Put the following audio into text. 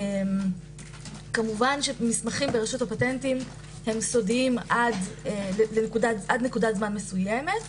כמובן מסמכים ברשות הפטנטים הם סודיים עד נקודת זמן מסוימת.